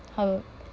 how